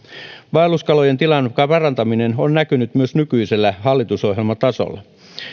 vaelluskalojen tilan parantaminen on näkynyt myös nykyisen hallitusohjelman tasolla